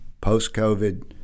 post-COVID